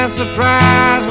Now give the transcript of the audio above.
surprise